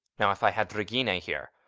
now if i'd had regina here,